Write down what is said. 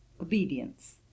obedience